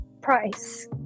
price